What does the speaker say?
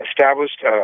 established